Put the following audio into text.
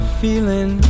feeling